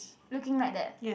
looking like that